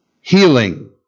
healing